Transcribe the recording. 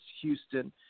houston